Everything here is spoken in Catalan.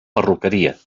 perruqueria